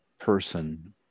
Person